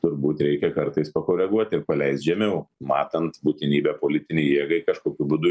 turbūt reikia kartais pakoreguot ir paleist žemiau matant būtinybę politinei jėgai kažkokiu būdu